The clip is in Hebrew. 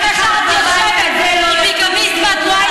ואף אחד בבית הזה לא יטיף לי מוסר,